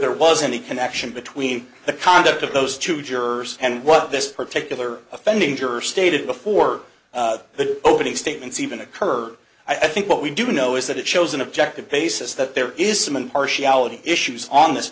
there was any connection between the conduct of those two jurors and what this particular offending juror stated before the opening statements even occurred i think what we do know is that it shows an objective basis that there is some impartiality issues on this